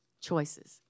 Choices